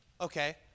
okay